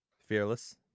Fearless